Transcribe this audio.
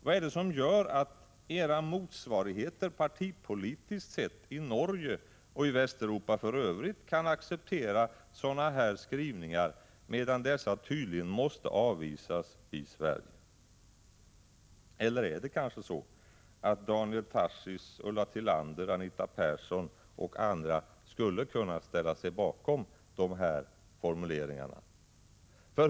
Vad är det som gör att era partipolitiska motsvarigheter i Norge och i Västeuropa i övrigt kan acceptera sådana här skrivningar, medan dessa tydligen måste avvisas i Sverige? Eller är det kanske så att Daniel Tarschys, Ulla Tillander, Anita Persson och andra skulle kunna ställa sig bakom de här formuleringarna?